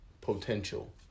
potential